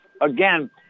again